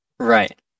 Right